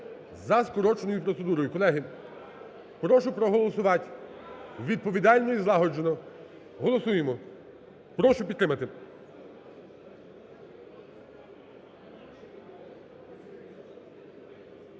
за скороченою процедурою. Колеги, прошу проголосувати відповідально і злагоджено. Голосуємо. Прошу підтримати.